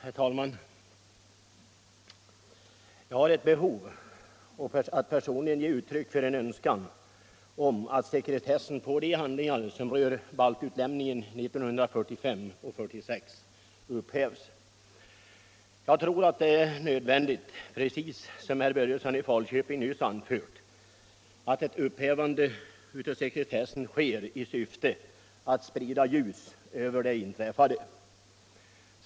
Herr talman! Jag har ett behov av att personligen ge uttryck för en önskan att sekretessen beträffande de handlingar som rör baltutlämningen 1945 och 1946 upphävs. Jag tror, precis som herr Börjesson i Falköping nyss anfört, att ett upphävande av sekretessen är nödvändigt i syfte att sprida ljus över det inträffade.